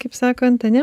kaip sakant ane